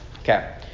Okay